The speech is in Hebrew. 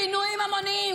פינויים המוניים,